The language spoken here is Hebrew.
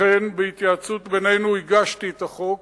לכן, בהתייעצות בינינו, הגשתי את החוק.